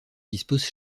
disposent